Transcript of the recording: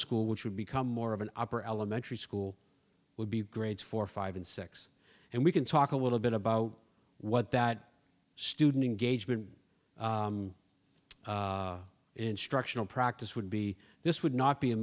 school which would become more of an upper elementary school would be great for five and six and we can talk a little bit about what that student engagement instructional practice would be this would not be a